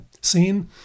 scene